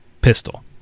pistol